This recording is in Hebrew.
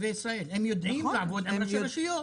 חבר הכנסת אחמד טיבי, בבקשה.